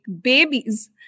babies